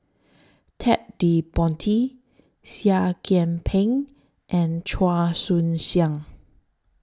Ted De Ponti Seah Kian Peng and Chua Siang